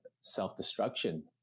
self-destruction